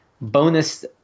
bonus